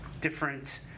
different